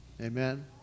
Amen